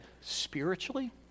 spiritually